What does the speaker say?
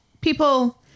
People